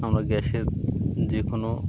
আমরা গ্যাসের যে কোনো